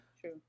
true